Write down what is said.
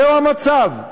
זה המצב.